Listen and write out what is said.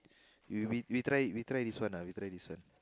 we we we try we try this one ah we try this one